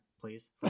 please